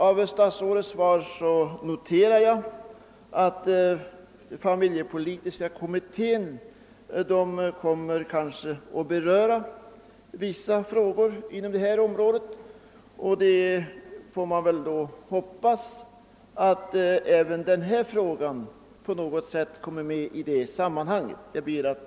Av statsrådets svar framgår att familjepolitiska kommittén kommer att beröra vissa frågor inom detta område. Man får väl hoppas att även den här frågan på något sätt kommer med i det sammanhanget.